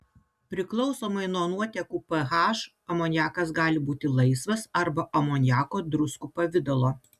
priklausomai nuo nuotekų ph amoniakas gali būti laisvas arba amoniako druskų pavidalo